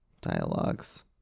dialogues